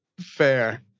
Fair